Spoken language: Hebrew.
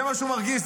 זה מה שהוא מרגיש,